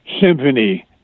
Symphony